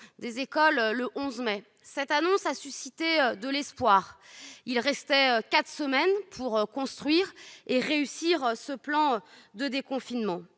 des écoles le 11 mai. Cette annonce a suscité de l'espoir. Il restait quatre semaines pour construire et réussir ce plan de déconfinement.